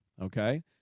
Okay